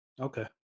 Okay